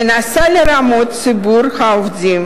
מנסה לרמות את ציבור העובדים,